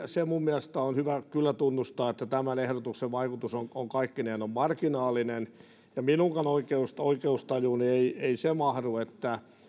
se minun mielestäni on kyllä hyvä tunnustaa että tämän ehdotuksen vaikutus on kaikkinensa marginaalinen ja minunkaan oikeustajuuni ei mahdu se että